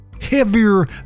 heavier